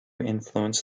influence